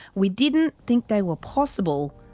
we didn't think they were possible,